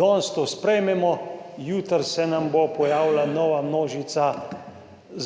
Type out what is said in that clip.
danes to sprejmemo, jutri se nam bo pojavila nova množica